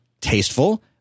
tasteful